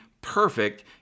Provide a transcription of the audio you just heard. perfect